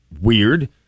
Weird